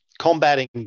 combating